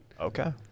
Okay